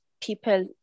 people